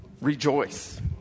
Rejoice